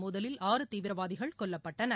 மோதலில் ஆறு தீவிரவாதிகள் கொல்லப்பட்டனர்